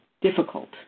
difficult